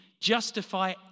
justify